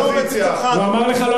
תגיד לו